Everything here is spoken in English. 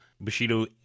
Bushido